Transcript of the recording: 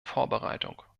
vorbereitung